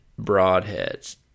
broadheads